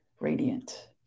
radiant